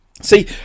See